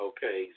Okay